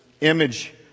image